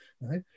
right